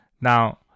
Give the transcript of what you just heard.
Now